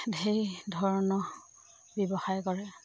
ধেৰ ধৰণৰ ব্যৱসায় কৰে